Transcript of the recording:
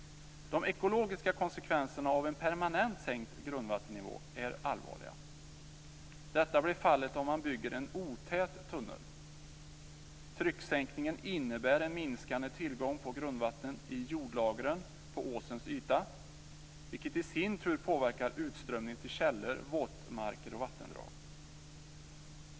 De ekologiska konsekvenserna av en permanent sänkt grundvattennivå är allvarliga. Detta blir fallet om man bygger en otät tunnel. Trycksänkningen innebär en minskande tillgång på grundvatten i jordlagren på åsens yta, vilket i sin tur påverkar utströmningen till källor, våtmarker och vattendrag.